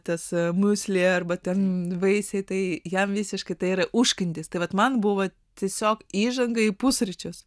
tas arba ten vaisiai tai jam visiškai tai yra užkandis tai vat man buvo tiesiog įžanga į pusryčius